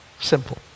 Simple